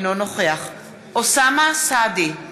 אינו נוכח אוסאמה סעדי,